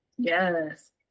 Yes